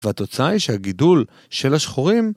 והתוצאה היא שהגידול של השחורים...